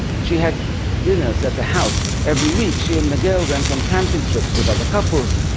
she had dinners at the house every week. she and miguel went on camping trips with other couples.